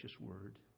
word